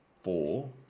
four